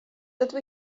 dydw